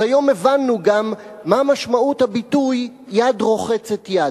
אז היום הבנו גם מה משמעות הביטוי יד רוחצת יד.